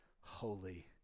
holy